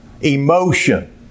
emotion